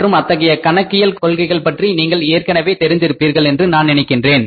மற்றும் அத்தகைய கணக்கியல் கொள்கைகள் பற்றி நீங்கள் ஏற்கனவே தெரிந்த்திருப்பீர்கள் என்று நான் நினைக்கின்றேன்